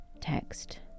text